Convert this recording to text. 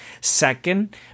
second